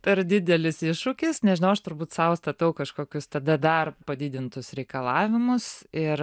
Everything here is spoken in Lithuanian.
per didelis iššūkis nežinau aš turbūt sau statau kažkokius tada dar padidintus reikalavimus ir